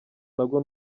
nabwo